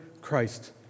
Christ